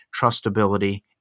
trustability